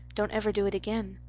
don't ever do it again.